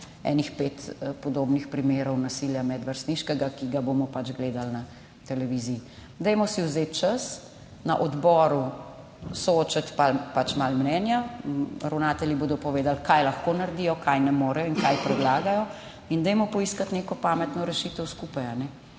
kakšnih pet podobnih primerov medvrstniškega nasilja, ki ga bomo pač gledali na televiziji. Dajmo si vzeti čas na odboru, soočiti mnenja, ravnatelji bodo povedali, kaj lahko naredijo, česa ne morejo in kaj predlagajo. Dajmo poiskati neko pametno rešitev skupaj.